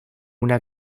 una